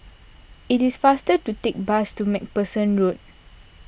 it is faster to take bus to MacPherson Road